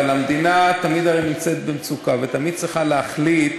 אבל הרי המדינה תמיד נמצאת במצוקה ותמיד צריכה להחליט